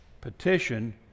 petition